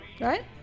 Right